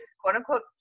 quote-unquote